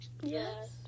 Yes